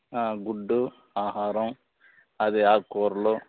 గుడ్డు ఆహారం అదే ఆకుకూరలు